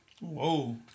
Whoa